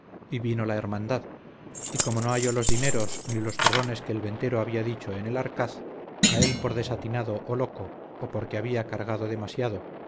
y vino la hermandad y como no halló los dineros ni los zurrones que el ventero había dicho en el arcaz a él por desatinado o loco o porque había cargado demasiado